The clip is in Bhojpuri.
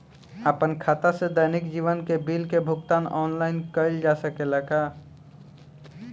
आपन खाता से दैनिक जीवन के बिल के भुगतान आनलाइन कइल जा सकेला का?